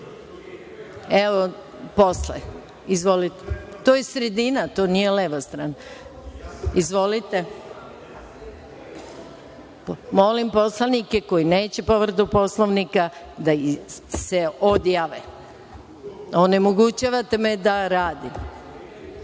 sa ove strane?)To je sredina, to nije leva strana. Izvolite. Molim poslanike koji neće povredu Poslovnika da se odjave. Onemogućavate me da radim. Pauza